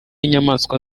y’inyamaswa